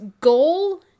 goal